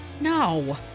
No